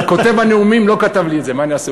כותב הנאומים לא כתב לי את זה, מה אני אעשה?